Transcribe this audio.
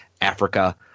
Africa